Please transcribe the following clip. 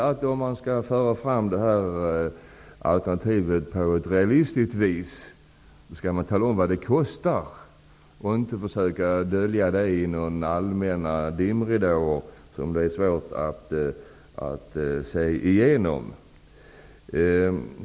Men om man skall föra fram det alternativet på ett realistiskt vis skall man också tala om vad det kostar och inte försöka dölja det genom några allmänna dimridåer som det är svårt att se igenom.